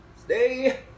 stay